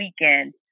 weekend